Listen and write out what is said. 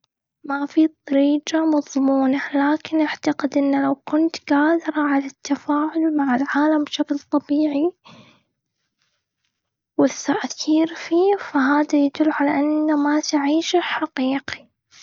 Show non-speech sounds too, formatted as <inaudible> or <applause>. ما في طريجة مضمونه. لكن أعتقد إن لو كنت قادرة على التفاعل مع العالم بشكل طبيعي، <unintelligible> فيه، فهذا يدل على أن ما تعيشه حقيقي.